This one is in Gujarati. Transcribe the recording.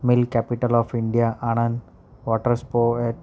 milk capital of India Anand water sport